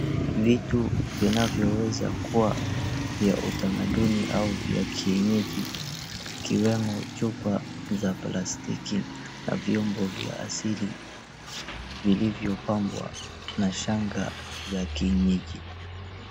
Vitu vinavyoweza kuwa vya utamaduni au vya kienyeji, ikiwemo chupa za plastiki na vyombo vya asili, vilivyopambwa na shanga za kienyeji.